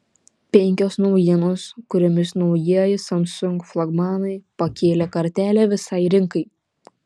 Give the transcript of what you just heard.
penkios naujienos kuriomis naujieji samsung flagmanai pakėlė kartelę visai rinkai